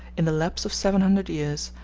in the lapse of seven hundred years,